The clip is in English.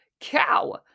cow